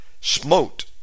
smote